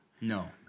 No